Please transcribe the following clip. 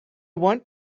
want